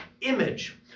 image